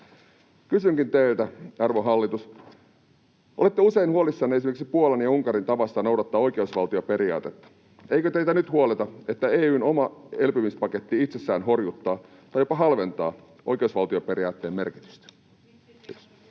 Kysynkin teiltä, arvon hallitus: Olette usein huolissanne esimerkiksi Puolan ja Unkarin tavasta noudattaa oikeusvaltioperiaatetta. Eikö teitä nyt huoleta, että EU:n oma elpymispaketti itsessään horjuttaa tai jopa halventaa oikeusvaltioperiaatteen merkitystä? — Kiitos.